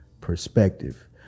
perspective